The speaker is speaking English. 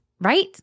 right